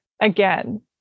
again